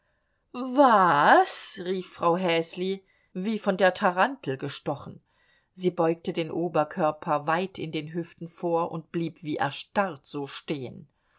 waaaas rief frau häsli wie von der tarantel gestochen sie beugte den oberkörper weit in den hüften vor und blieb wie erstarrt so stehen